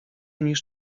niż